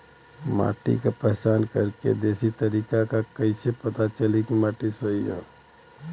माटी क पहचान करके देशी तरीका का ह कईसे पता चली कि माटी सही ह?